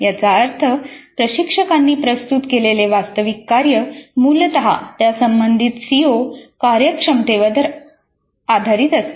याचा अर्थ प्रशिक्षकांनी प्रस्तुत केलेले वास्तविक कार्य मूलत त्या संबंधित सीओ कार्यक्षमतेवर आधारित असते